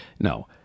No